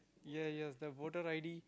ya yes the voter i_d